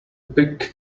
big